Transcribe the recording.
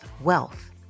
wealth